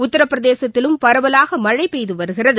உத்திரபிரதேசத்திலும் பரவலாகமழைபெய்துவருகிறது